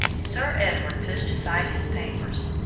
sir edward pushed aside his papers,